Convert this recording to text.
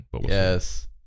Yes